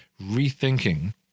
rethinking